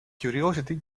curiosity